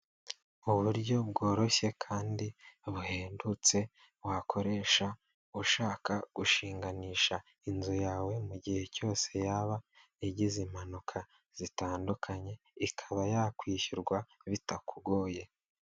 Mu buryo bworoshye kandi buhendutse wakoresha ushaka gushinganisha inzu yawe mugihe cyose yaba yagize impanuka zitandukanye, ikaba yakwishyurwa bitakugoye.